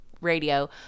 radio